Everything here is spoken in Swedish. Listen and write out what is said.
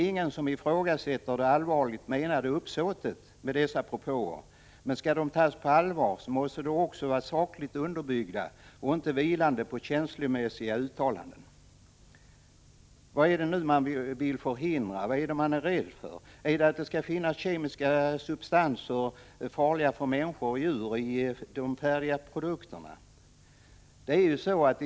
Ingen ifrågasätter det allvarligt menade uppsåtet med dessa propåer, men skall de tas på allvar måste de också vara sakligt underbyggda och inte vilande på känslomässiga antaganden. Vad är det nu man vill förhindra, och vad är det man är rädd för? Är det att kemiska substanser farliga för människor och djur skall återfinnas i de färdiga produkterna?